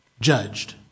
judged